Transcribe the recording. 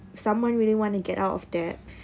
someone really want to get out of that